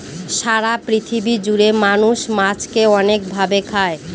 সারা পৃথিবী জুড়ে মানুষ মাছকে অনেক ভাবে খায়